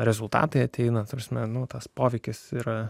rezultatai ateina ta prasme nu tas poveikis yra